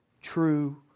true